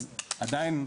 אז עדיין,